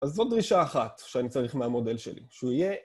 אז זאת דרישה אחת שאני צריך מהמודל שלי, שהוא יהיה...